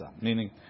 Meaning